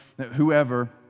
whoever